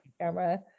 camera